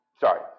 Sorry